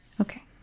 Okay